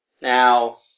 Now